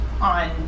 on